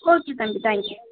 okay தம்பி thank you